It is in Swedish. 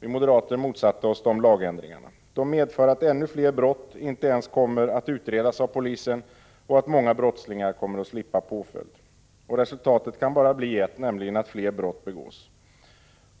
Vi moderater motsatte oss de lagändringarna. De medför att ännu fler brott inte ens kommer att utredas av polisen och att många brottslingar kommer att slippa påföljd. Resultatet kan bara bli att fler brott begås.